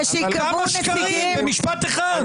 כמה שקרים במשפט אחד?